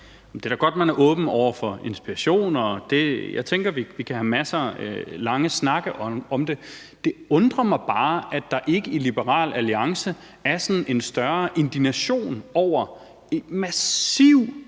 Det er da godt, at man er åben over for inspiration, og jeg tænker, at vi kan have masser af lange snakke om det. Det undrer mig bare, at der ikke i Liberal Alliance er sådan en større indignation over massiv